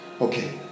okay